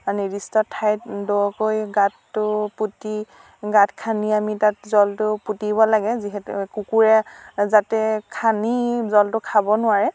নিৰ্দিষ্ট ঠাইত দ'কৈ গাঁতটো পুতি গাঁত খান্দি আমি তাত জলটো পুঁতিব লাগে যিহেতু কুকুৰে যাতে খান্দি জলটো খাব নোৱাৰে